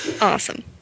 Awesome